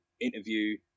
interview